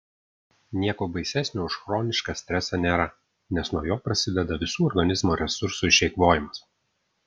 nieko baisesnio už chronišką stresą nėra nes nuo jo prasideda visų organizmo resursų išeikvojimas